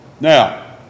Now